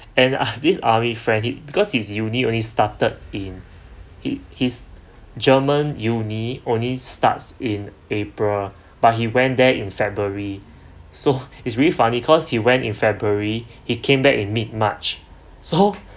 and I've this army friend because his uni only started in his his german uni only starts in april but he went there in february so it's really funny cause he went in february he came back in mid march so